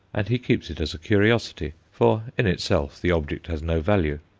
and he keeps it as a curiosity, for in itself the object has no value.